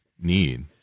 need